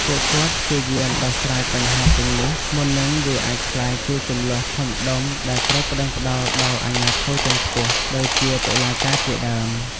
ពួកគាត់ព្យាយាមដោះស្រាយបញ្ហាទាំងនេះមុននឹងវាអាចក្លាយជាជម្លោះធំដុំដែលត្រូវប្ដឹងផ្ដល់ដល់អាជ្ញាធរជាន់ខ្ពស់ ដូចជាតុលាការជាដើម។